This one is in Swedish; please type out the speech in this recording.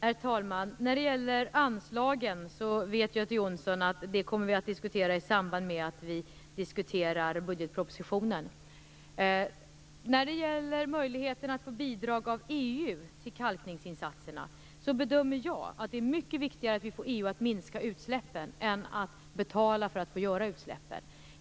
Herr talman! Göte Jonsson vet att vi kommer att diskutera anslagen i samband med att vi diskuterar budgetpropositionen. När det gäller möjligheterna att få bidrag av EU till kalkningsinsatserna bedömer jag att det är mycket viktigare att vi får EU att minska utsläppen än att betala för att få göra utsläppen.